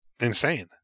insane